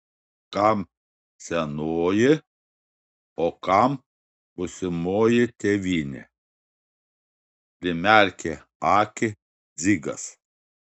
kam senoji o kam būsimoji tėvynė primerkė akį dzigas